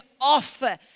offer